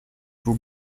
vous